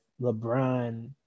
LeBron